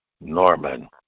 Norman